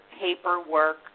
paperwork